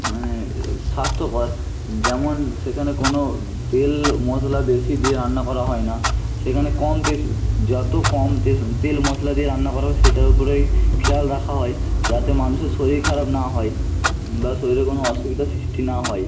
মানে স্বাস্থ্যকর যেমন সেখানে কোনো তেল মশলা বেশি দিয়ে রান্না করা হয় না সেখানে কম যত কম তেল মশলা দিয়ে রান্না করা হবে সেটার উপরেই খেয়াল রাখা হয় যাতে মানুষের শরীর খারাপ না হয় বা শরীরে কোনো অসুবিধা সৃষ্টি না হয়